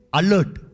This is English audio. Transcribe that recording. alert